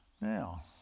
Now